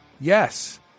Yes